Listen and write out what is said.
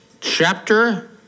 chapter